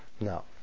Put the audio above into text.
No